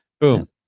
Boom